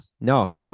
no